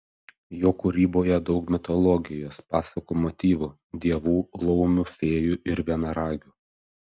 jo kūryboje daug mitologijos pasakų motyvų dievų laumių fėjų ir vienaragių